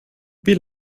wie